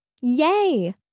Yay